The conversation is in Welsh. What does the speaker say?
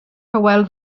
hywel